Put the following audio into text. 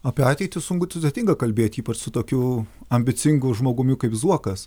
apie ateitį sunku sudėtinga kalbėt ypač su tokiu ambicingu žmogumi kaip zuokas